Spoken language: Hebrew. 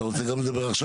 אתה רוצה גם לדבר עכשיו?